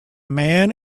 man